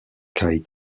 kai